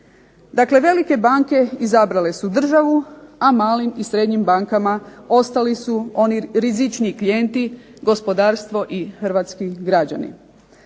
Dakle, velike banke izabrale su državu, a malim i srednjim bankama ostali su oni rizičniji klijenti, gospodarstvo i hrvatski građani.